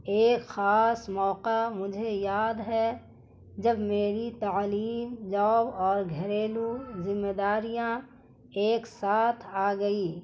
ایک خاص موقع مجھے یاد ہے جب میری تعلیم جاب اور گھریلو ذمہ داریاں ایک ساتھ آ گئی